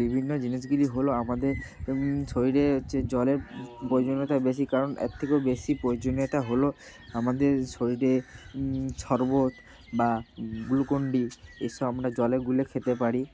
বিভিন্ন জিনিসগুলি হলো আমাদের শরীরে হচ্ছে জলের প্রয়োজনীয়তা বেশি কারণ এর থেকেও বেশি প্রয়োজনীয়তা হলো আমাদের শরীরে সরবত বা গ্লুকন ডি এ সব আমরা জলে গুলে খেতে পারি